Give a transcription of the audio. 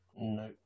No